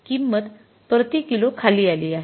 किंमत प्रति किलो खाली आली आहे